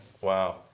Wow